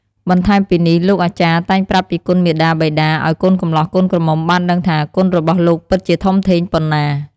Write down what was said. បន្ថែមពីនេះលោកអាចារ្យតែងប្រាប់ពីគុណមាតាបិតាឱ្យកូនកម្លោះកូនក្រមុំបានដឹងថាគុណរបស់លោកពិតជាធំធេងប៉ុណ្ណា។